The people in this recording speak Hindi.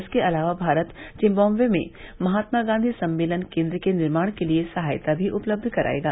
इसके अलावा भारत जिम्बाबे में महात्मा गांधी सम्मेलन केन्द्र के निर्माण के लिए सहायता भी उपलब्ध करायेगा